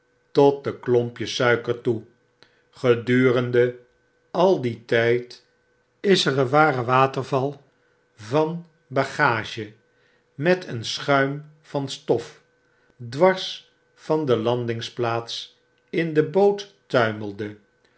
tot de klompjes suiker toe gedurende al dien tijd is er een ware waterval van bagage met een schuirn van stof dwars van de landingsplaats in de boot